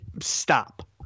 Stop